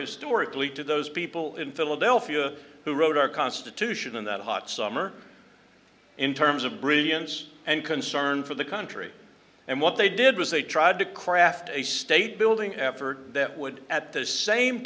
historically to those people in philadelphia who wrote our constitution in that hot summer in terms of brilliance and concern for the country and what they did was they tried to craft a state building effort that would at the same